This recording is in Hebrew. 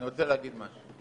אני רוצה להגיד משהו.